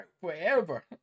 forever